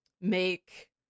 make